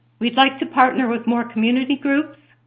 we'd like to partner with more community groups,